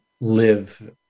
live